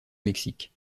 mexique